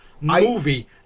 movie